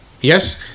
Yes